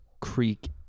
Creek